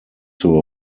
zur